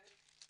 לעולים מידע.